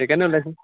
সেইকাৰণে ওলাইছোঁ